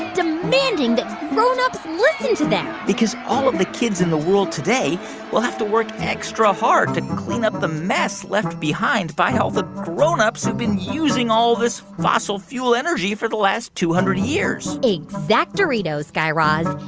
demanding that grown-ups listen to them because all of the kids in the world today will have to work extra hard to clean up the mess left behind by all the grown-ups who've been using all of this fossil fuel energy for the last two hundred years exact-oritos, guy raz.